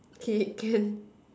okay can